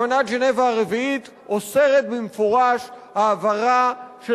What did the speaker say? אמנת ז'נבה הרביעית אוסרת במפורש העברה של